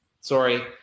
sorry